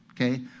Okay